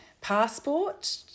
passport